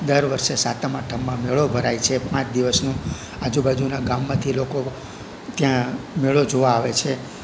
દર વર્ષે સાતમ આઠમમાં મેળો ભરાય છે પાંચ દિવસનો આજુબાજુનાં ગામમાંથી લોકો ત્યાં મેળો જોવા આવે છે